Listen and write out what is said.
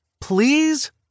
Please